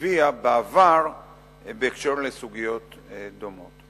הביאה בעבר בקשר לסוגיות דומות.